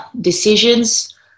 decisions